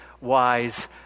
wise